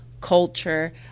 culture